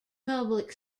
public